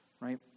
Right